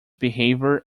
behavior